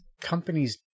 companies